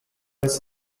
its